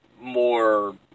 more